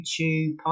YouTube